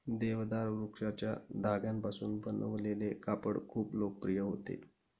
देवदार वृक्षाच्या धाग्यांपासून बनवलेले कापड खूप लोकप्रिय होते